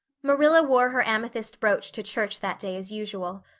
marilla wore her amethyst brooch to church that day as usual.